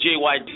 JYD